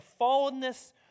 fallenness